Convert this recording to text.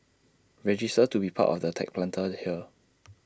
register to be part of the tech Planter here